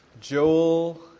Joel